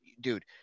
dude